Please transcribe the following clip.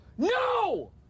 No